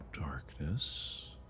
Darkness